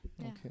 Okay